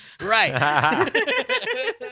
Right